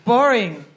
Boring